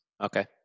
Okay